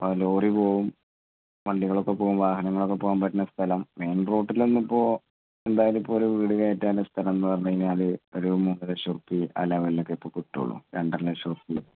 അ lorry പോകും വണ്ടികളൊക്കെ പോകും വാഹനങ്ങളൊക്കെ പോകാൻ പറ്റുന്ന സ്ഥലം മെയിൻ റൂട്ടിലൊന്നും ഇപ്പോൾ എന്തായാലും ഇപ്പോൾ ഒരു വീട് കെട്ടാനുള്ള സ്ഥലം എന്ന് പറഞ്ഞ് കഴിഞ്ഞാൽ ഒരു മൂന്ന് ലക്ഷം രൂപ ആ ലെവലിൽ ഒക്കെ ഇപ്പം കിട്ടുകയുള്ളു രണ്ടര ലക്ഷം രൂപ